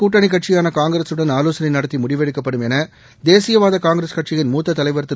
கூட்டணிக் கட்சியான காங்கிரஸுடன் ஆலோசனை நடத்தி முடிவெடுக்கப்படும் என தேசியவாத காங்கிரஸ் கட்சியின் மூத்த தலைவர் திரு